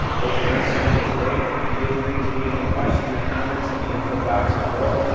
hope you learned something today. feel free to leave any questions or coments in the info box below.